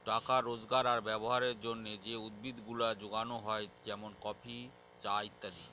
টাকা রোজগার আর ব্যবহারের জন্যে যে উদ্ভিদ গুলা যোগানো হয় যেমন কফি, চা ইত্যাদি